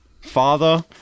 Father